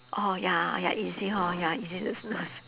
oh ya ya easy hor ya easy to snooze